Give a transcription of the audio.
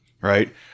right